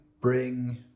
bring